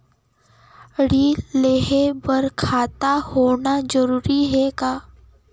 ऋण लेहे बर खाता होना जरूरी ह का?